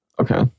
Okay